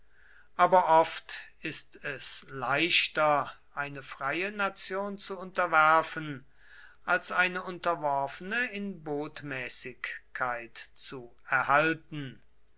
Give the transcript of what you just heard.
aber oft ist es leichter eine freie nation zu unterwerfen als eine unterworfene in botmäßigkeit zu erhalten